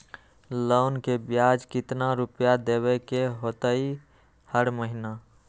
Loan के ब्याज कितना रुपैया देबे के होतइ हर महिना?